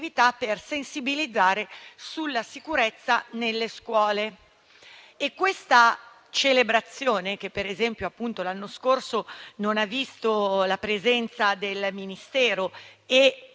per sensibilizzare sulla sicurezza nelle scuole. Questa celebrazione, per esempio, l'anno scorso non ha visto la presenza del Ministero e